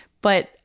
But-